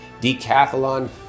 Decathlon